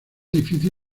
difícil